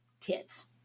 tits